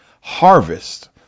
harvest